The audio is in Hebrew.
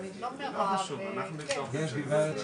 אבל אני יכול להבטיח לך באופן מוחלט שאנחנו שוקדים על זה ואנחנו